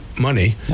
money